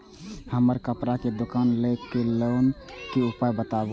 हमर कपड़ा के दुकान छै लोन के उपाय बताबू?